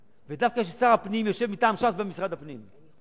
ודווקא כששר הפנים מטעם ש"ס יושב במשרד הפנים,